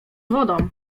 wodą